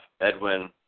Edwin